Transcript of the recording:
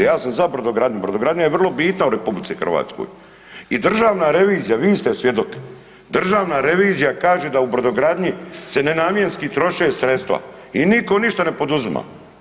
Ja sam za brodogradnju, brodogradnja je vrlo bitna u RH i Državna revizija, vi ste svjedok, Državna revizija kaže da u brodogradnji se nenamjenski troše sredstva i niko ništa ne poduzima.